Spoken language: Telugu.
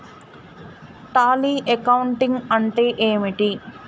టాలీ అకౌంటింగ్ అంటే ఏమిటి?